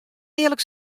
earlik